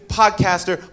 podcaster